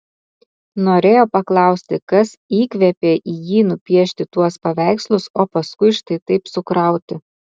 norėjo paklausti kas įkvėpė jį nupiešti tuos paveikslus o paskui štai taip sukrauti